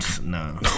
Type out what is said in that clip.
No